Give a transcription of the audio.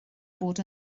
bod